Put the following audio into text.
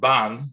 Ban